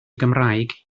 gymraeg